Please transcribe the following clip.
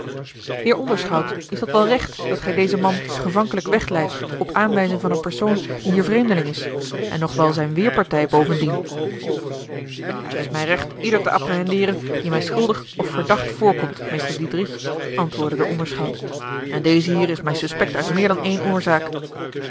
heer onderschout is dat wel recht dat gij dezen man gevankelijk wegleidt op aanwijzing van een persoon die hier vreemdeling is en nog wel zijne weêrpartij bovendien het is mijn recht ieder te apprehendeeren die mij schuldig of verdacht voorkomt meester diedrich antwoordde de onderschout en deze hier is mij suspect uit meer dan ééne oorzaak